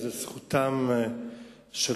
זכותו של